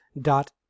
dot